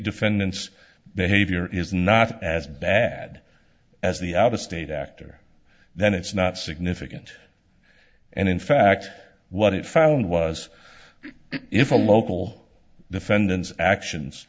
defendants behavior is not as bad as the out of state actor then it's not significant and in fact what it found was if a local defendant's actions